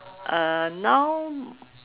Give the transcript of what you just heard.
uh now